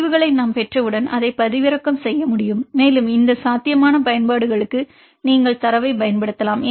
முடிவுகளை நாம் பெற்றவுடன் அதை பதிவிறக்கம் செய்ய முடியும் மேலும் இந்த சாத்தியமான பயன்பாடுகளுக்கு நீங்கள் தரவைப் பயன்படுத்தலாம்